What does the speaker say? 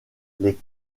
les